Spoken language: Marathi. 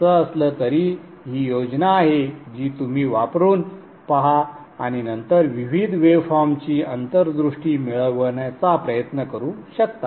असं असलं तरी ही योजना आहे जी तुम्ही वापरून पहा आणि नंतर विविध वेवफॉर्म्सची अंतर्दृष्टी मिळवण्याचा प्रयत्न करू शकता